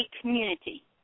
community